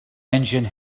engine